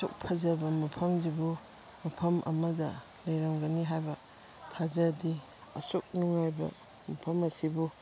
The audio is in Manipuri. ꯑꯁꯨꯛ ꯐꯖꯕ ꯃꯐꯝꯁꯤꯕꯨ ꯃꯐꯝ ꯑꯃꯗ ꯂꯩꯔꯝꯒꯅꯤ ꯍꯥꯏꯕ ꯊꯥꯖꯗꯦ ꯑꯁꯨꯛ ꯅꯨꯡꯉꯥꯏꯕ ꯃꯐꯝ ꯑꯁꯤꯕꯨ